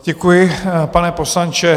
Děkuji, pane poslanče.